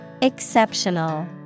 Exceptional